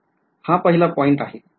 हा पहिला पॉईंट आहे ठीक आहे